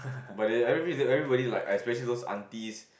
but there everybody everybody like especially aunties